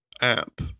app